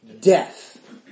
Death